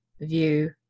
view